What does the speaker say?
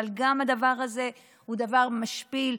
אבל גם הדבר הזה הוא דבר משפיל,